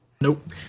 Nope